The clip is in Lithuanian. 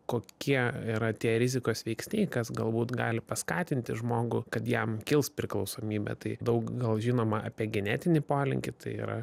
kokie yra tie rizikos veiksniai kas galbūt gali paskatinti žmogų kad jam kils priklausomybė tai daug gal žinoma apie genetinį polinkį tai yra